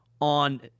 on